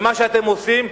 ומה שאתם עושים,